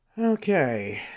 Okay